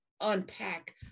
unpack